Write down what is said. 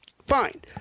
Fine